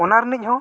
ᱚᱱᱟ ᱨᱤᱱᱤᱡ ᱦᱚᱸ